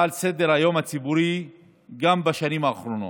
על סדר-היום הציבורי גם בשנים האחרונות.